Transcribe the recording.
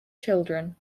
children